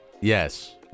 Yes